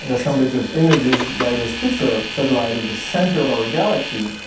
and assemblage of images by the spitzer satellite of the center of our galaxy,